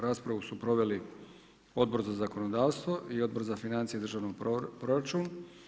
Raspravu su proveli Odbor za zakonodavstvo i Odbor za financije državnog proračuna.